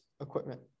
equipment